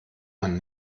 man